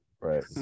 Right